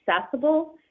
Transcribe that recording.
accessible